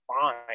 fine